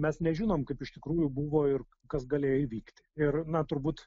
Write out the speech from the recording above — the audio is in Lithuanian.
mes nežinom kaip iš tikrųjų buvo ir kas galėjo įvykti ir na turbūt